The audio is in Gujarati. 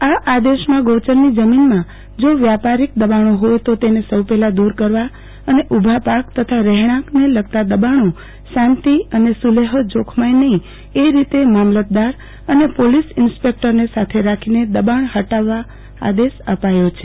આ આદેશમાં ગૌચરની જમીનમાં જો વ્યપારિક દબાણો હોય તો તેને સૌ પહેલા દુર કરવા અને ઉભા પાક તથા રહેણાકને લગતા દબાણો શાંતિ અને સુલેફ જોખમાય નફી તે રીતે મામલતદાર અને પોલીસ ઈન્સ્પેક્ટરને સાથે રાખીને દબાણ ફટાવવા આદેશ અપાયો છે